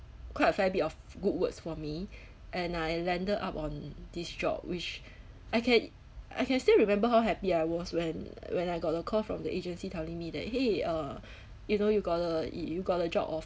quite a fair bit of good words for me and I landed up on this job which I can I can still remember how happy I was when when I got a call from the agency telling me that !hey! uh you know you got a you got a job